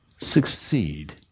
succeed